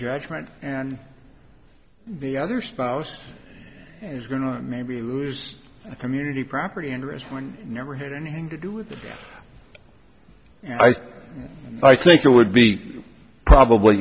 judgement and the other spouse is going to maybe lose a community property interest one never had anything to do with i think i think it would be probably